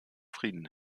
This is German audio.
frieden